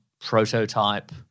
prototype